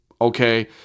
okay